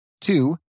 Two